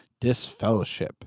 disfellowship